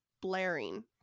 blaring